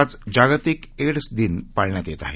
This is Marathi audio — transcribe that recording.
आज जागतिक एड्स दिवस पाळण्यात येत आहे